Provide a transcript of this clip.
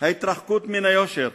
ההתרחקות מן היושר,